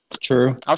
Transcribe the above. True